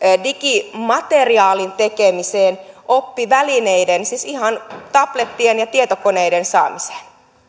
digimateriaalin tekemiseen oppivälineiden siis ihan tablettien ja tietokoneiden saamiseen